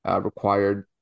required